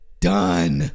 Done